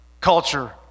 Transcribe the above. culture